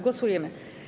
Głosujemy.